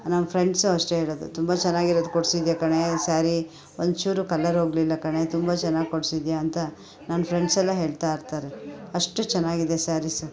ನನ್ನ ಫ್ರೆಂಡ್ಸು ಅಷ್ಟೇ ಹೇಳೋದು ತುಂಬ ಚೆನ್ನಾಗಿರೋದು ಕೊಡ್ಸಿದ್ಯಾ ಕಣೆ ಸ್ಯಾರಿ ಒಂಚೂರು ಕಲರ್ ಹೋಗ್ಲಿಲ್ಲ ಕಣೆ ತುಂಬ ಚೆನ್ನಾಗಿ ಕೊಡ್ಸಿದ್ಯಾ ಅಂತ ನನ್ನ ಫ್ರೆಂಡ್ಸೆಲ್ಲ ಹೇಳ್ತಾಯಿರ್ತಾರೆ ಅಷ್ಟು ಚೆನ್ನಾಗಿದೆ ಸ್ಯಾರೀಸು